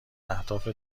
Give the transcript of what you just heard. اهداف